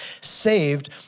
Saved